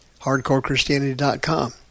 HardcoreChristianity.com